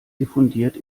diffundiert